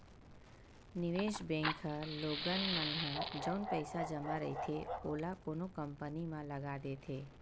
निवेस बेंक ह लोगन मन ह जउन पइसा जमा रहिथे ओला कोनो कंपनी म लगा देथे